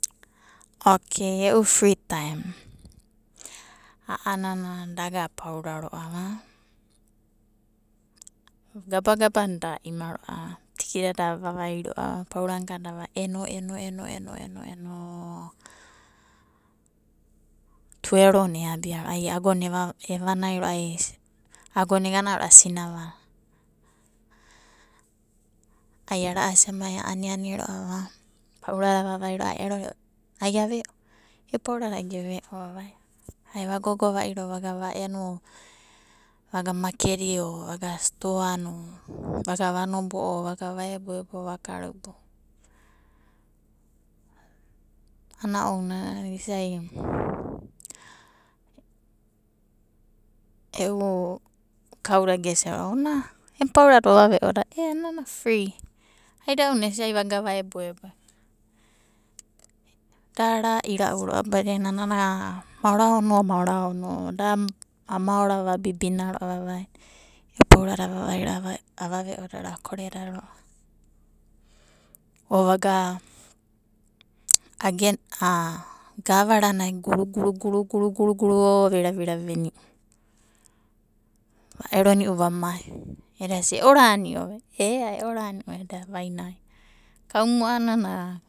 Okei e'u fri taem na a'anana da aga apaura ro'ava, Gabagabanai da a'ima ro'ava, tiota da avavai ro'ava paurana ka da avaivaia ro'ava, eno eno eno eno eno tuerona eabia ro'ava. Ai agona evanai ro'ava agona egana ro'ava sinavana, ai ara'asi amai a aniana ro'ava, paurada avavai a'ero ai ave'o e'u paurada ai geve'o vavaina ai vagogo va'iro vagana va'eno, vaga makedi o, vaga stoa ganu vaga vanobo'o o vaga vaebo, vakarubou. A'ana ounanai isa'i e'u kauda gesia ro'ava ona em paurada ova ve'ova e? Ea nana fri aidauna esiava ai vaga va eboebo, da ara ira'u ro'ava badina nana maora vabibina ro'ava vavaina. E'u paurada avavai ro'ava ava ve'oda ro'ava, akoreda ro'ava, o vaga agen a gavaranai guru, guru, guru, guru, guru o ve raviravi veniu ro'a. Va'eroniu vamai edasia eoraniova e? Ea, e'oraniu. Eda vainai kauna'anana.